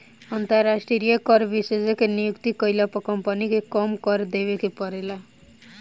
अंतरास्ट्रीय कर विशेषज्ञ के नियुक्ति कईला पर कम्पनी के कम कर देवे के परेला